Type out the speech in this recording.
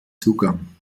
zugang